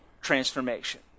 transformation